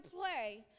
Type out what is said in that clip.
play